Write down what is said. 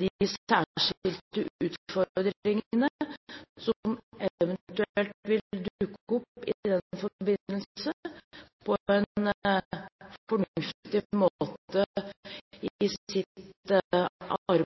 de særskilte utfordringene som eventuelt vil dukke opp i den forbindelse, på en fornuftig måte i sitt arbeid